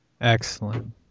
Excellent